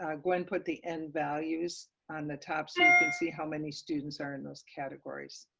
ah gwen put the end values on the top, so you can see how many students are in those categories.